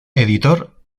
editor